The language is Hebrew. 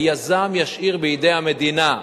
היזם ישאיר בידי המדינה.